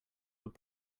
were